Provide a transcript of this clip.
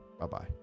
Bye-bye